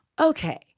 Okay